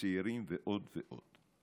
לצעירים ועוד ועוד.